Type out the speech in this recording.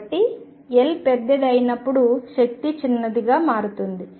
కాబట్టి L పెద్దది అయినప్పుడు శక్తి చిన్నదిగా మారుతుంది